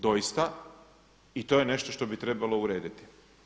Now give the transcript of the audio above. Doista, i to je nešto što bi trebalo urediti.